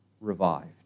revived